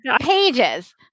pages